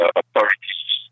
authorities